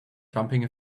jumping